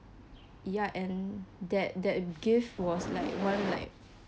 ya and that that gift was like one like